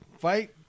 Fight